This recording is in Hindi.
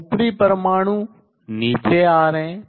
ऊपरी परमाणु नीचे आ रहे हैं